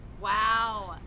wow